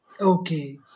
Okay